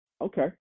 Okay